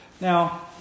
Now